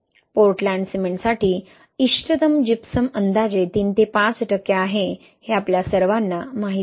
Portland सिमेंटसाठी इष्टतम gypsum अंदाजे ३ ते ५ टक्के आहे हे आपल्या सर्वांना माहीत आहे